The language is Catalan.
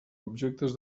objectes